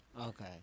Okay